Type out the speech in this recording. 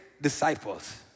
disciples